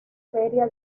feria